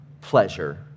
pleasure